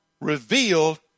revealed